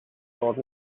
old